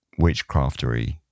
witchcraftery